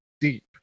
deep